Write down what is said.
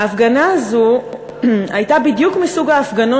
ההפגנה הזו הייתה בדיוק מסוג ההפגנות